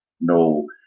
no